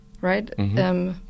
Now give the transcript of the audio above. right